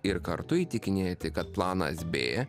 ir kartu įtikinėti kad planas b